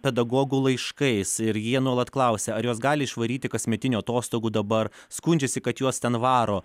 pedagogų laiškais ir jie nuolat klausia ar juos gali išvaryti kasmetinių atostogų dabar skundžiasi kad juos ten varo